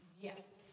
Yes